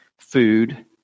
food